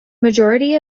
majority